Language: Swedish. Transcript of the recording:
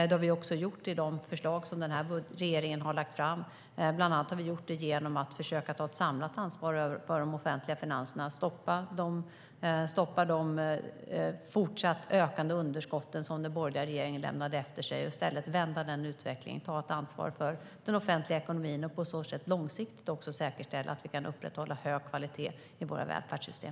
Det har regeringen också gjort i de förslag vi har lagt fram, bland annat genom att försöka ta ett samlat ansvar för de offentliga finanserna och stoppa de fortsatt ökande underskotten som den borgerliga regeringen lämnade efter sig. I stället vänder vi den utvecklingen och tar ett ansvar för den offentliga ekonomin. På så sätt säkerställer vi också långsiktigt att vi kan upprätthålla hög kvalitet i våra välfärdssystem.